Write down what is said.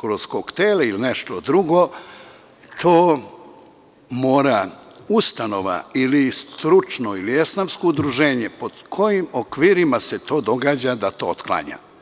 kroz koktele ili nešto drugo, to mora ustanova ili stručno ili esnafsko udruženje, pod kojim okvirima se to događa da to otklanja.